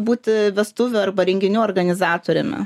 būti vestuvių arba renginių organizatoriumi